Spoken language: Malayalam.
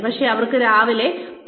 പക്ഷേ അവർക്ക് രാവിലെ 10